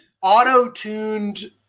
auto-tuned